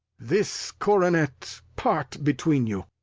this coronet part between you.